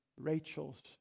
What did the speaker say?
Rachel's